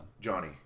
Johnny